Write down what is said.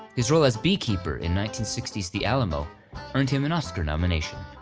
his role as beekeeper in nineteen sixty s the alamo earned him an oscar nomination.